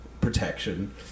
protection